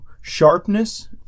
sharpness